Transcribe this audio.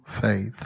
faith